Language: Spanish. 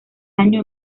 año